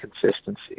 consistency